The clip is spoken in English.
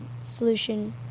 solution